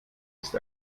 ist